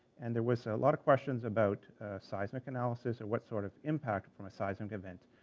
and there was a lot of questions about seismic analysis, or what sort of impact from a seismic event.